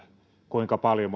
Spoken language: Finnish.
kuinka paljon